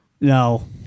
no